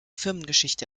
firmengeschichte